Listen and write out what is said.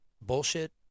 bullshit